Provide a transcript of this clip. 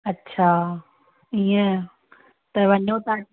अच्छा ईंअ त वञो था